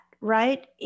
right